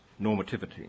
normativity